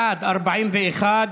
בעד, 41,